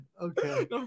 okay